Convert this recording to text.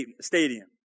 Stadium